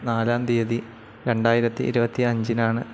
നാലാം തീയതി രണ്ടായിരത്തി ഇരുപത്തി അഞ്ചിനാണ്